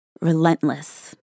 relentless